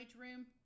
room